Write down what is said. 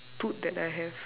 tooth that I have